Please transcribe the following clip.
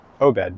Obed